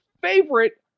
favorite